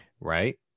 Right